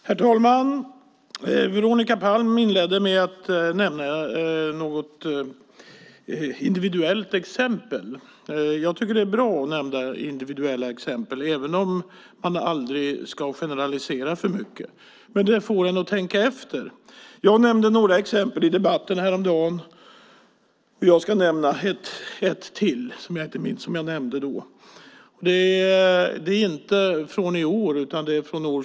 Herr talman! Veronica Palm inledde med att nämna ett individuellt exempel. Jag tycker att det är bra att nämna individuella exempel eftersom det får en att tänka efter, även om man inte ska generalisera för mycket. Jag nämnde några exempel i debatten häromdagen, och jag ska nu nämna ett som jag inte minns om jag nämnde då. Det är inte från i år utan från år 2005.